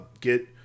get